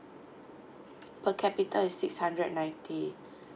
per capita is six hundred ninety